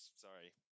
sorry